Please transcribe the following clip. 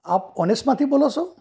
આપ ઑનેસ્ટમાંથી બોલો છો